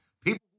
People